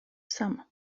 sam